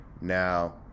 now